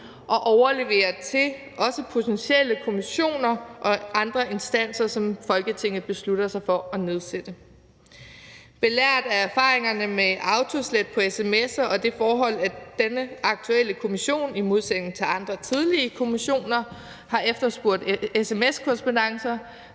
og overlevere til også potentielle kommissioner og andre instanser, som Folketinget beslutter sig for at nedsætte. Belært af erfaringerne med autoslet på sms'er og det forhold, at denne aktuelle kommission i modsætning til andre tidligere kommissioner har efterspurgt sms-korrespondancer,